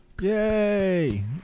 Yay